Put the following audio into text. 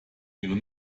ihre